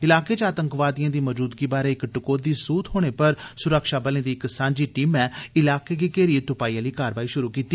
इलाके च आतंकवादियें दी मजूदगी बारै इक टकोहदी सूह थोहने पर सुरक्षाबलें दी इक सांझी टीमै इलाके गी घेरियै त्पाई आली कारवाई शुरु कीती